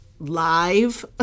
live